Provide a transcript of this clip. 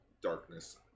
Darkness